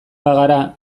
bagara